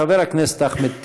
חבר הכנסת אחמד טיבי.